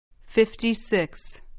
Fifty-six